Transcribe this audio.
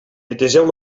netegeu